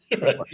right